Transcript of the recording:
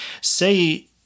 Say